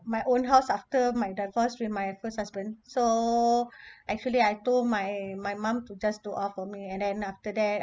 my own house after my divorce with my first husband so actually I told my my mum to just look out for me and then after that